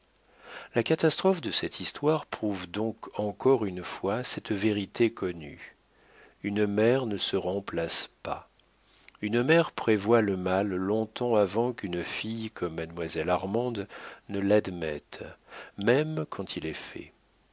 la catastrophe de cette histoire prouve donc encore une fois cette vérité connue une mère ne se remplace pas une mère prévoit le mal long-temps avant qu'une fille comme mademoiselle armande ne l'admette même quand il est fait